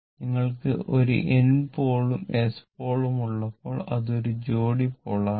നിങ്ങൾക്ക് ഒരു N പോളും S പോളും ഉള്ളപ്പോൾ അത് ഒരു ജോടി പോൾ ആണ്